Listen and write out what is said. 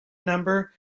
number